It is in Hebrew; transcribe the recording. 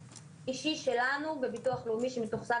אין שום בעיה כמובן להרחיב את זה.